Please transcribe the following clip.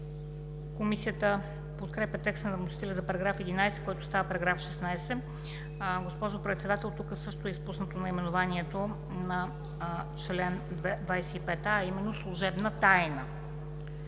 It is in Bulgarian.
Комисията подкрепя текста на вносителя за § 11, който става § 16. Госпожо Председател, тук също е изпуснато наименованието на чл. 25а, а именно „Служебна тайна“.